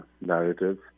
narratives